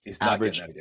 average